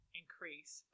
increase